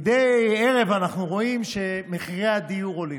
מדי ערב אנחנו רואים שמחירי הדיור עולים,